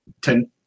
ten